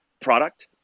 product